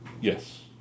Yes